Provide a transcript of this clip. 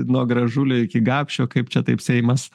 nuo gražulio iki gapšio kaip čia taip seimas